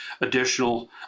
additional